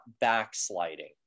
backsliding